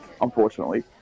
Unfortunately